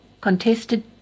contested